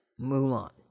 Mulan